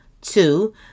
two